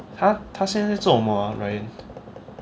他他现在做什么 ah ryan